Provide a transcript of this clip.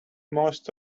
most